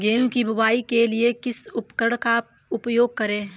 गेहूँ की बुवाई के लिए किस उपकरण का उपयोग करें?